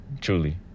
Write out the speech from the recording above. Truly